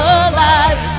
alive